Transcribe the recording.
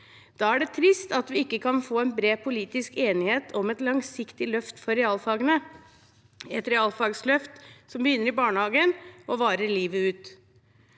Da er det trist at vi ikke kan få en bred politisk enighet om et langsiktig løft for realfagene, et realfagsløft som begynner i barnehagen og varer livet ut.